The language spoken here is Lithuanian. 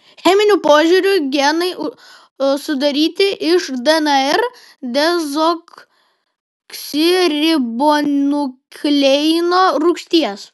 cheminiu požiūriu genai sudaryti iš dnr dezoksiribonukleino rūgšties